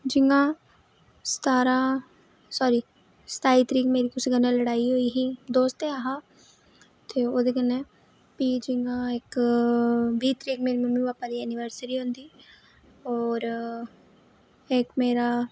जि'यां सतारा सॉरी सताई तरीक मेरी कुसै कन्नै लड़ाई होई ही दोस्त गै ऐहा ते ओहदे कन्नै फ्ही जि'यां इक बीह् तरीक मेरी मम्मी भापा दी ऐनिवर्सरी होंदी और इक मेरा